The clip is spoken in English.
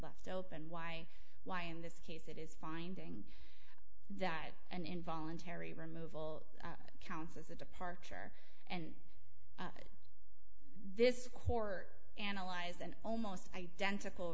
left open why why in this case it is finding that an involuntary removal counts as a departure and this core analyzed an almost identical